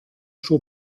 suo